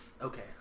Okay